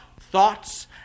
thoughts